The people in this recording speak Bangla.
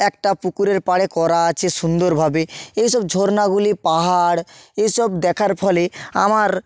একটা পুকুরের পাড়ে করা আছে সুন্দরভাবে এইসব ঝরনাগুলি পাহাড় এইসব দেখার ফলে আমার